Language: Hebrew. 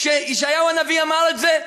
כשישעיהו הנביא אמר את זה,